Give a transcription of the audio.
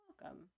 welcome